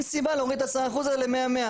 אין סיבה להוריד את ה-10% מה-100.